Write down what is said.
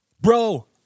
bro